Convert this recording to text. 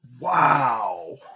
Wow